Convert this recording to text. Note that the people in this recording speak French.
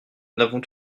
n’avons